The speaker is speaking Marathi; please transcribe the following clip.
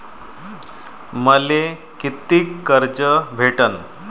मले कितीक कर्ज भेटन?